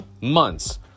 months